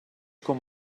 com